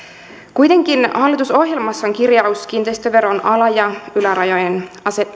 kuitenkin hallitusohjelmassa on kirjaus kiinteistöveron ala ja ylärajojen